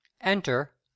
Enter